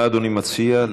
מה אדוני מציע?